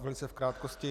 Velice v krátkosti.